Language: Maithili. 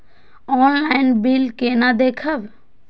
ऑनलाईन बिल केना देखब?